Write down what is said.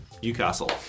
Newcastle